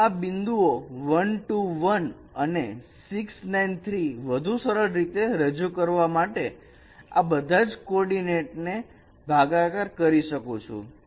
હું આ બિંદુઓ 1 2 1 અને 6 9 3 વધુ સરળ રીતે રજૂ કરવા માટે આ બધા જ કોર્ડીનેટ નો ભાગાકાર કરી શકું છું